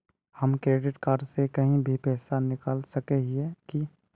हम credit card से कहीं भी पैसा निकल सके हिये की?